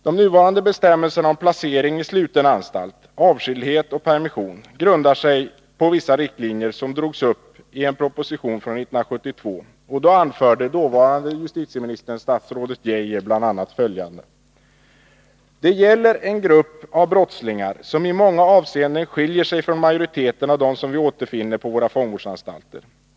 De nuvarande bestämmelserna om placering i sluten anstalt, avskildhet och permission grundar sig på vissa riktlinjer som drogs upp i en proposition från 1972. Då anförde dåvarande justitieministern statsrådet Geijer bl.a. följande: ”Det gäller en grupp brottslingar som i många avseenden skiljer sig från majoriteten av dem som vi återfinner på våra fångvårdsanstalter.